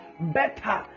better